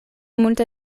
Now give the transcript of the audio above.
multe